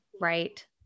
Right